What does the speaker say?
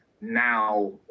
now